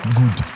good